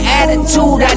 attitude